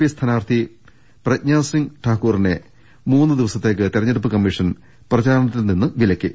P സ്ഥാനാർത്ഥി പ്രജ്ഞാ സിംഗ് ഠാക്കൂറിനെ മൂന്ന് ദിവസത്തേക്ക് തെരഞ്ഞെടുപ്പ് കമ്മീഷൻ പ്രചാരണത്തിൽ നിന്ന് വിലക്കി